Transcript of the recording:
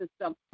system